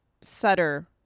Sutter